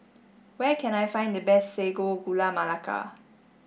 where can I find the best Sago Gula Melaka